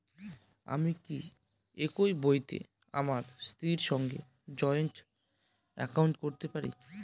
আমি কি একই বইতে আমার স্ত্রীর সঙ্গে জয়েন্ট একাউন্ট করতে পারি?